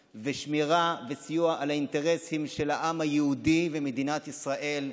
וסיוע שמירה על האינטרסים של העם היהודי ומדינת ישראל,